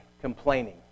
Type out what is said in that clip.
complaining